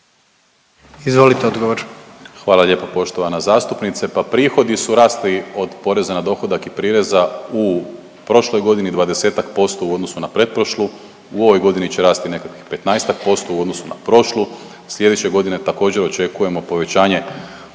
Marko** Hvala lijepo poštovana zastupnice. Pa prihodi su rasli od poreza na dohodak i prireza u prošloj godini 20-ak posto u odnosu na pretprošlu, u ovoj godini će rasti nekakvih 15-ak posto u odnosu na prošlu, sljedeće godine također, očekujemo povećanje